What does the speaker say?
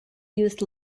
used